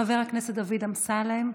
חבר הכנסת דוד אמסלם,